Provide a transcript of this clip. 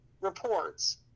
reports